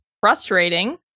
frustrating